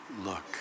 look